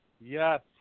Yes